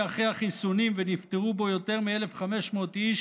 אחרי החיסונים ונפטרו בו יותר מ-1,500 איש